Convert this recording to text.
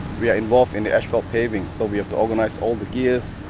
we are involved in the asphalt paving so we have to organise all the gears,